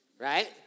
right